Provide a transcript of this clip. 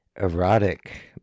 erotic